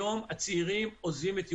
היום הצעירים עוזבים את ירושלים,